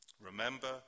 Remember